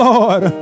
Lord